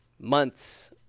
months